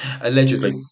Allegedly